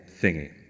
thingy